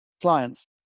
clients